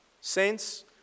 Saints